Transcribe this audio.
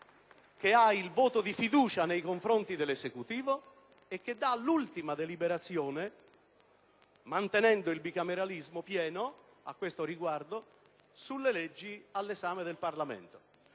che ha il voto di fiducia nei confronti dell'Esecutivo e che dà l'ultima deliberazione, mantenendo il bicameralismo pieno a questo riguardo sulle leggi all'esame del Parlamento.